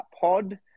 pod